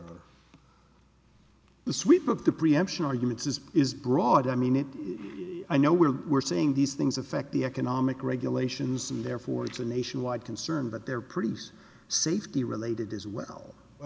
or the sweep of the preemption arguments is is broad i mean it i know we're we're seeing these things affect the economic regulations and therefore it's a nationwide concern but they're pretty safety related as well